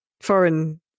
foreign